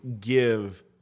give